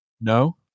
no